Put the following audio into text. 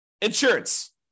insurance